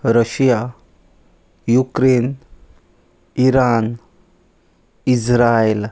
Russia Ukraine Iran Israel